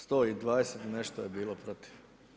120 i nešto je bilo protiv.